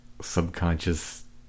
subconscious